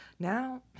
Now